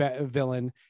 villain